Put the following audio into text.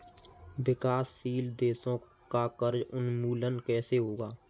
विकासशील देशों का कर्ज उन्मूलन कैसे होगा?